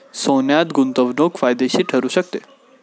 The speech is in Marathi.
सोन्यात गुंतवणूक फायदेशीर ठरू शकते